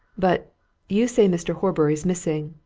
but you say mr. horbury's missing,